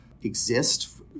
exist